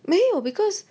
没有 because